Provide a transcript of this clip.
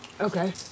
Okay